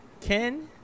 Ken